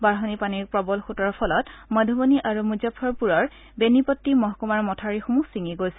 বাঢ়নি পানীৰ প্ৰবল সোঁতৰ ফলত মধুবনী আৰু মুজফৰপুৰৰ বেনিপট্টি মহকুমাৰ মথাউৰিসমূহ ছিঙি গৈছে